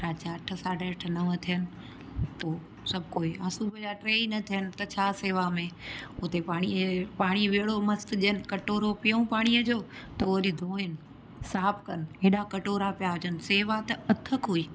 राति जा अठ साढा अठ नव थियनि पोइ सभु कोई ऐं सुबुह जा टे ई न थियनि त छा शेवा में उते पाणीअ ये पाणी बि अहिड़ो मस्त ॾियनि कटोरो पियूं पाणीअ जो त वरी धुइनि साफ़ कनि हेॾा कटोरा पिया हुजनि शेवा त अथक हुई